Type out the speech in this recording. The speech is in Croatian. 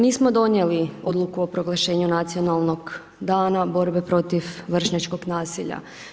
Mi smo donijeli odluku o proglašenju Nacionalnog dana borbe protiv vršnjačkog nasilja.